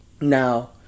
now